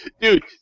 Dude